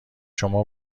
شما